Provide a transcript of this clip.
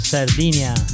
Sardinia